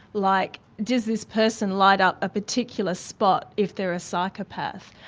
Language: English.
like does this person light up a particular spot if they're a psychopath.